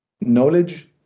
knowledge